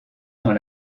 dans